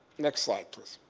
next slide please.